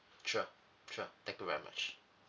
sure sure thank you very much